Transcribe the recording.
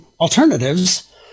alternatives